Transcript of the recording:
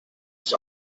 sich